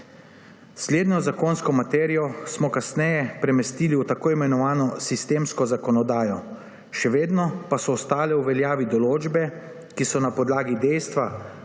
Slednjo zakonsko materijo smo kasneje premestili v tako imenovano sistemsko zakonodajo, še vedno pa so ostale v veljavi določbe, ki so na podlagi dejstva,